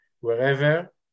wherever